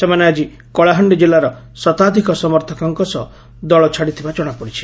ସେମାନେ ଆକି କଳାହାଣ୍ଡି କିଲ୍ଲାର ଶତାଧିକ ସମର୍ଥକଙ୍ଙ ସହ ଦଳ ଛାଡ଼ିଥିବା ଜଣାପଡ଼ିଛି